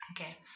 Okay